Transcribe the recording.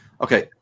Okay